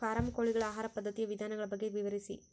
Form ಕೋಳಿಗಳ ಆಹಾರ ಪದ್ಧತಿಯ ವಿಧಾನಗಳ ಬಗ್ಗೆ ವಿವರಿಸಿ?